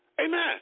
Amen